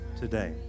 today